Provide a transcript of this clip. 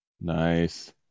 Nice